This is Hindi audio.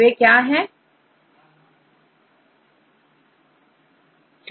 बे क्या है